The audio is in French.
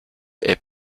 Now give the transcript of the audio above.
est